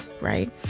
right